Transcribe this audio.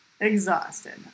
exhausted